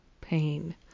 pain